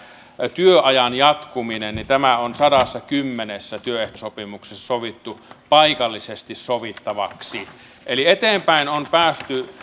työajan jatkuminen on sadassakymmenessä työehtoso pimuksessa sovittu paikallisesti sovittavaksi eteenpäin on päästy